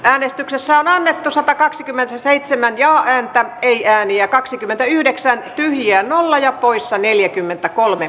äänestyksessä on annettu satakaksikymmentäseitsemän ja allen tämä ei ääniä kaksikymmentäyhdeksän hienolla ja poissa neljäkymmentäkolme